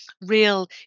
real